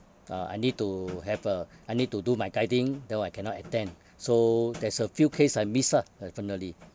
uh I need to have a I need to do my guiding that [one] I cannot attend so there's a few case I miss ah definitely